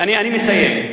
אני מסיים.